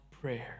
prayer